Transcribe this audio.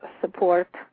support